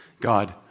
God